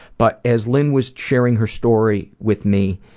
but as lynn was sharing her story with me,